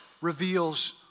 reveals